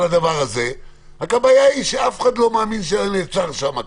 אבל הבעיה היא שאף אחד לא מאמין שזה ייעצר שם,